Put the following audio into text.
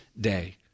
day